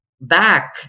back